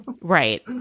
Right